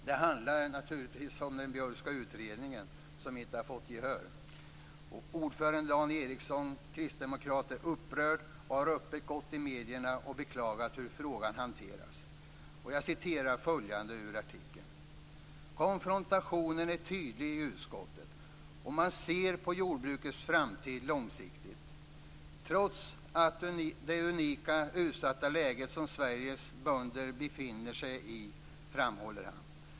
Det handlar naturligtvis om den Björkska utredningen, som inte har vunnit gehör. Ordförande Dan Ericsson, Kristdemokraterna, är upprörd och har öppet gått ut i medierna och beklagat hur frågan har hanterats. Jag citerar följande ur artikeln: "Konfrontationen är tydlig i utskottet om hur man ser på jordbrukets framtid långsiktigt trots det unikt utsatta läge som Sveriges bönder nu befinner sig i, framhåller han.